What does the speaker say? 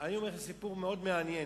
סיפור מאוד מעניין.